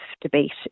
debate